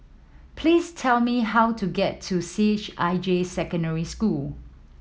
please tell me how to get to C H I J Secondary